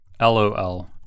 LOL